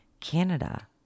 Canada